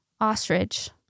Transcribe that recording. ostrich